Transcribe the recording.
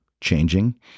changing